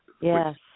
Yes